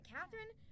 Catherine